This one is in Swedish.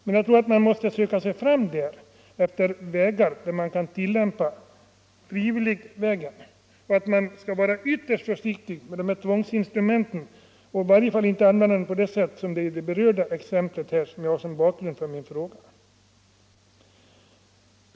Men jag tror att man måste söka sig fram på frivilligvägar, att man skall vara ytterst försiktig med tvångsinstrumenten och i varje fall inte använda dem på sådant sätt som i det fall jag hade som bakgrund till min fråga.